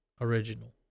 original